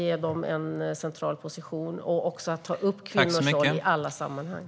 Vi tar också upp kvinnors roll i alla sammanhang.